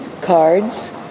cards